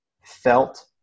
felt